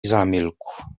zamilkł